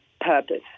purpose